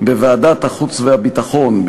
בוועדת החוץ והביטחון,